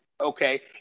Okay